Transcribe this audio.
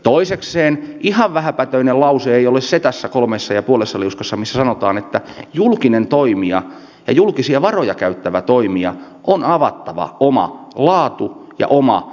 toisekseen ihan vähäpätöinen lause ei ole tässä kolmessa ja puolessa liuskassa se missä sanotaan että julkisen toimijan ja julkisia varoja käyttävän toimijan on avattava oma laatu ja kustannusrakenteensa